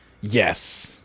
Yes